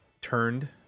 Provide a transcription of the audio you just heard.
turned